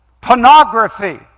Pornography